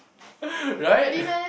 right